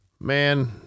man-